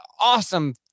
awesome